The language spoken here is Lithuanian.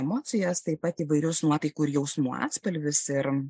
emocijas taip pat įvairius nuotaikų ir jausmų atspalvius ir